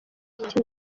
iki